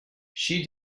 she